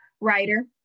writer